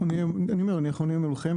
אנחנו נהיה מולכם,